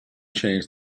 change